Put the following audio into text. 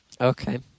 Okay